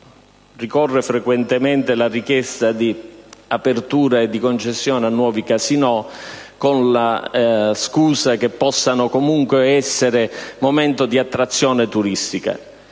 Ricorre frequentemente la richiesta di aperture di concessioni a nuovi casinò con la scusa che possono rappresentare momento di attrazione turistica.